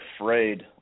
afraid